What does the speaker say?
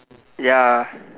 ya